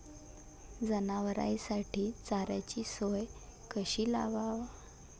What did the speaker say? जनावराइसाठी चाऱ्याची सोय कशी लावाव?